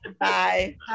Bye